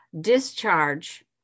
discharge